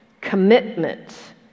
commitment